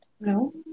No